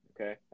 Okay